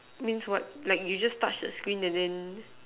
means what like you just touch the screen and then